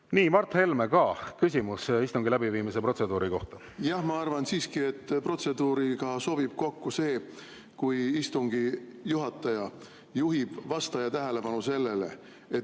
Mart Helme, ka küsimus istungi läbiviimise protseduuri kohta! Jah, ma arvan siiski, et protseduuriga sobib kokku see, kui istungi juhataja juhib vastaja tähelepanu sellele, et